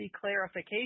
clarification